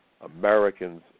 Americans